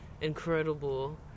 incredible